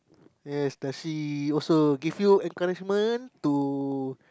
yes does she also give you encouragement to